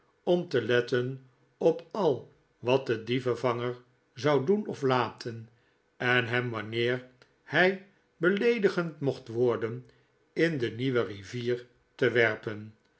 om te letten op al wat de dievenvanger zou doen of laten en hem wanneer hij beleedigend mocht worden in de nieuwe rivier te werpen